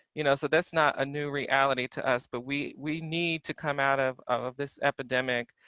you know so that's not a new reality to us. but we we need to come out of of this epidemic